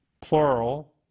plural